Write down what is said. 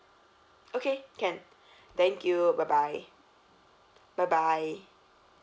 okay can thank you bye bye bye bye